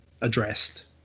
addressed